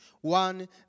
one